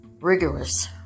rigorous